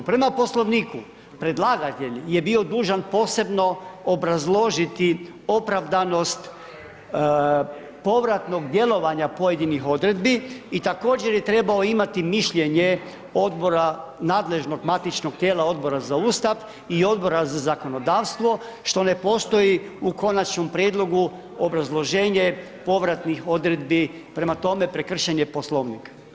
Prema Poslovniku, predlagatelj je bio dužan posebno obrazložiti opravdanost povratno djelovanja pojedinih odredbi i također je trebao imati mišljenje odbora, nadležnog matičnog tijela Odbora za Ustav i Odbora za zakonodavstvo što ne postoji u konačnom prijedlogu obrazloženje povratnih odredbi, prema tome prekršen je Poslovnik.